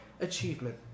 achievement